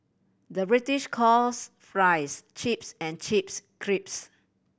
the British calls fries chips and chips crisps